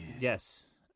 Yes